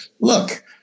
look